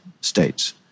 states